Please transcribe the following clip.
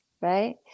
right